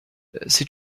ces